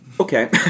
Okay